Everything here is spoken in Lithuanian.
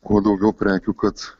kuo daugiau prekių kad